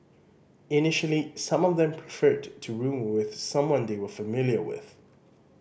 initially some of them preferred to room with someone they were familiar with